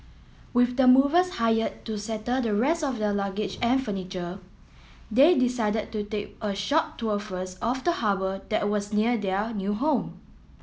with the movers hired to settle the rest of their luggage and furniture they decided to take a short tour first of the harbour that was near their new home